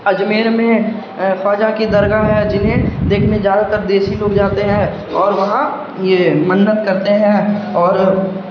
اجمیر میں خواجہ کی درگاہ ہے جنہیں دیکھنے زیادہ تر دیسی لوگ جاتے ہیں اور وہاں یہ مننت کرتے ہیں اور